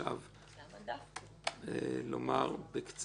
לדבר בקצרה.